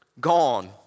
gone